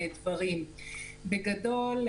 בגדול,